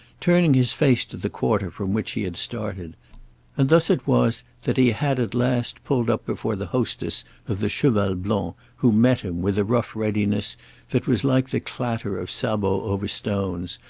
turning his face to the quarter from which he had started and thus it was that he had at last pulled up before the hostess of the cheval blanc, who met him, with a rough readiness that was like the clatter of sabots over stones,